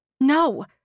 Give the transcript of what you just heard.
No